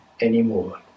anymore